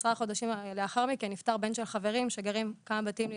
10 חודשים לאחר מכן נפטר בן של חברים שגרים כמה בתים לידינו,